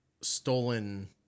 stolen